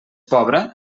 pobra